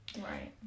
Right